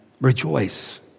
Rejoice